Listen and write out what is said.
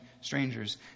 strangers